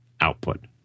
output